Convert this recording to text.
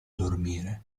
dormire